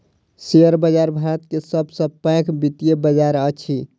share बाजार भारत के सब सॅ पैघ वित्तीय बजार अछि